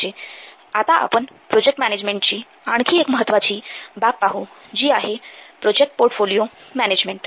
१३४८ आता आपण software project मॅनेजमेंटची आणखी एक महत्वाची बाब पाहू जी आहे प्रोजेक्ट पोर्टफोलिओ मॅनेजमेंट